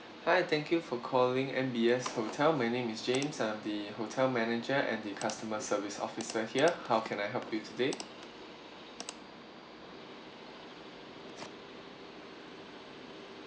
hi thank you for calling M B S hotel my name is james I'm the hotel manager and the customer service officer here how can I help you today